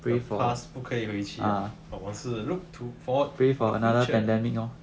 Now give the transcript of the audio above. the past 不可以回去 liao 我们是 look to forward future